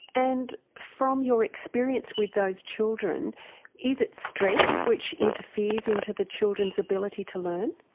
and from your experience with those children is it stress which interferes into the children's ability to learn?